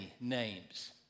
names